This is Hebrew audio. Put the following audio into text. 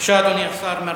בבקשה, אדוני השר מרגי.